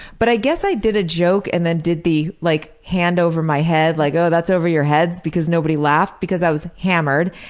but i guess i did a joke and then did the like hand over my head like oh, that's over your heads' because nobody laughed because i was hammered.